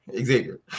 Xavier